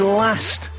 last